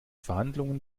verhandlungen